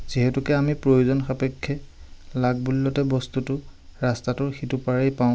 যিহেতুকে আমি প্ৰয়োজন সাপেক্ষে লাগ বুলিলতে বস্তুটো ৰাস্তাটোৰ সিটো পাৰেই পাওঁ